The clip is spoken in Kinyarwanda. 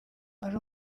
ari